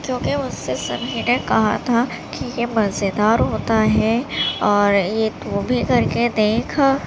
کیونکہ مجھ سے سبھی نے کہا تھا کہ یہ مزیدار ہوتا ہے اور ایک وہ بھی کر کے دیکھ